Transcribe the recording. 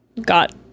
got